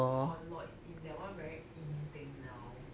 or lloyd's inn that one very in thing now